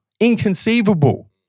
inconceivable